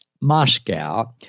Moscow